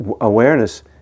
Awareness